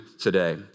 today